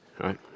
right